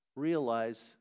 realize